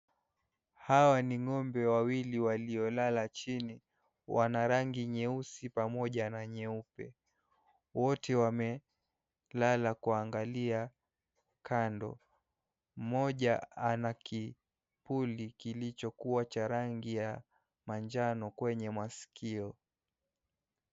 Hawa ni ng'ombe wawili waliolala chini. Wana rangi nyeusi pamoja na nyeupe. Wote wamelala kuangalia kando. Mmoja ana kipuli kilichokuwa cha rangi ya manjano kwenye masikio.